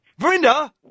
Verinda